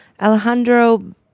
Alejandro